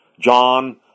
John